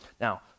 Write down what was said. Now